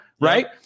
right